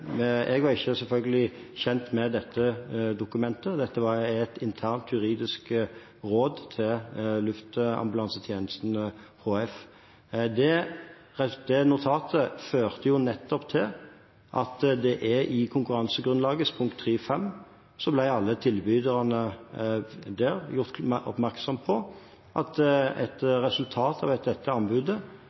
jeg var selvfølgelig ikke kjent med dette dokumentet – dette er et internt juridisk råd til Luftambulansetjenesten HF. Det notatet førte nettopp til at i konkurransegrunnlagets pkt. 3.5 ble alle tilbyderne der gjort oppmerksom på at et resultat av dette anbudet